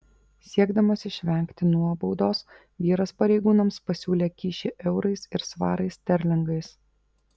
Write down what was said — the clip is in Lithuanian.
siekdamas išvengti nuobaudos vyras pareigūnams pasiūlė kyšį eurais ir svarais sterlingais